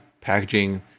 packaging